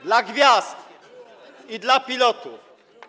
dla gwiazd i dla pilotów.